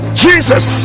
jesus